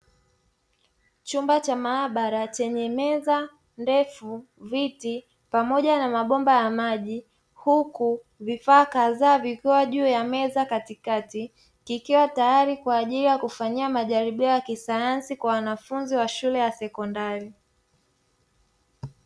Chumba cha maabara chenye meza ndefu, viti pamoja na mabomba ya maji. Huku vifaa kadhaa vikiwa juu ya meza katikati kikiwa tayari kwa ajili ya kufanyia majaribio ya kisayansi kwa wanafunzi wa shule ya sekondari.